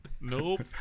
Nope